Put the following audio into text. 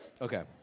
Okay